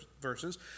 verses